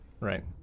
Right